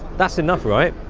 that's enough right?